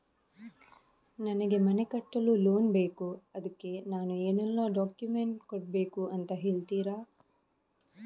ನನಗೆ ಮನೆ ಕಟ್ಟಲು ಲೋನ್ ಬೇಕು ಅದ್ಕೆ ನಾನು ಏನೆಲ್ಲ ಡಾಕ್ಯುಮೆಂಟ್ ಕೊಡ್ಬೇಕು ಅಂತ ಹೇಳ್ತೀರಾ?